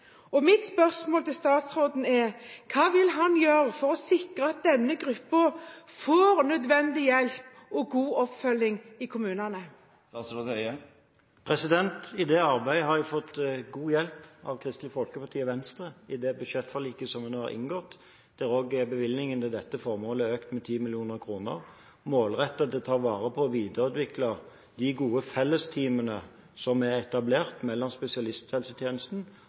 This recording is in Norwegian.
budsjettarbeid. Mitt spørsmål til statsråden er: Hva vil han gjøre for å sikre at denne gruppen får nødvendig hjelp og god oppfølging i kommunene? I det arbeidet har jeg fått god hjelp av Kristelig Folkeparti og Venstre, i det budsjettforliket vi nå har inngått, der også bevilgningene til dette formålet er økt med 10 mill. kr, som er målrettet mot å ta vare på og videreutvikle de gode felles-teamene som er etablert mellom spesialisthelsetjenesten